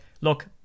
look